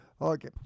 Okay